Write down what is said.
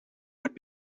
would